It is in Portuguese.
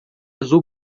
azul